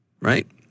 Right